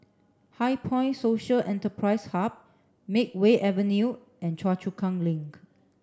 HighPoint Social Enterprise Hub Makeway Avenue and Chu Kang Link